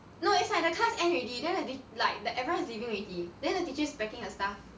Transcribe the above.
no it's like the class end already then the like the everyone is leaving already then the teacher is packing her stuff